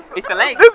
it's the legs.